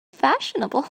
fashionable